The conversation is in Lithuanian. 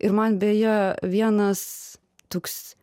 ir man beje vienas toks